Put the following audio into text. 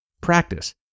practice